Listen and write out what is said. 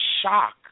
shock